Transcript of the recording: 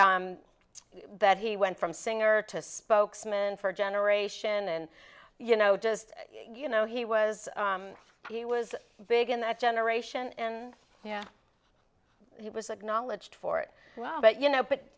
that he went from singer to spokesman for a generation and you know just you know he was he was big in that generation and yeah he was acknowledged for it well but you know but